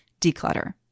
declutter